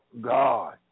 God